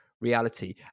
reality